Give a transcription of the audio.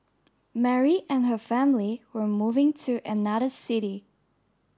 Mary and her family were moving to another city